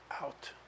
out